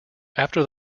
after